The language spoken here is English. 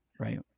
Right